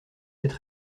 cette